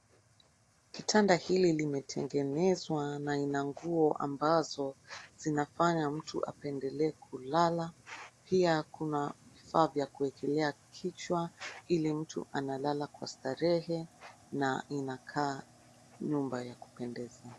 Kitanda hili limetengenezwa na ina nguo ambazo zinafanya mtu apendelee kulala. Pia kuna vifaa vya kuekelea kichwa, ili mtu analala kwa starehe na inakaa nyumba ya kupendeza.